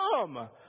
come